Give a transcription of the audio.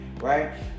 right